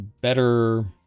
better